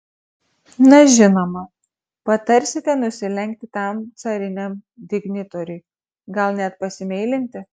na žinoma patarsite nusilenkti tam cariniam dignitoriui gal net pasimeilinti